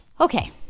Okay